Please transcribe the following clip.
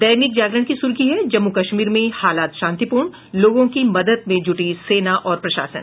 दैनिक जागरण की सुर्खी है जम्मू कश्मीर में हालात शांपिपूर्ण लोगों की मदद में जुटी सेना और प्रशासन